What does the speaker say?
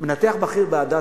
מנתח בכיר ב"הדסה",